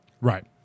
Right